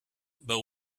but